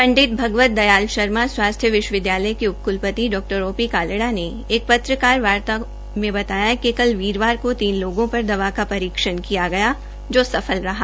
पंडिल भगवत दयाल शर्मा स्वास्थ्य विश्वविदयालय के क्लपति डॉ ओ पी कालड़ा ने एक पत्रकारवार्ता में बतायाकि कल वीरवार तीन लोगों पर दवा का परीक्षण किया गया जो सफल रहा